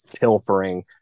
pilfering